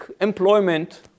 employment